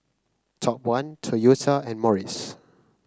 Top One Toyota and Morries